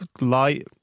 light